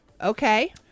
Okay